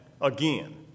again